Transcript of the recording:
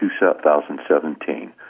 2017